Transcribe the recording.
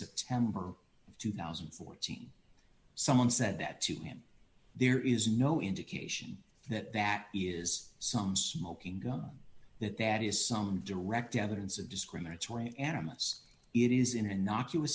september two thousand and fourteen someone said that to him there is no indication that that is some smoking gun that that is some direct evidence of discriminatory animists it is in a knock you a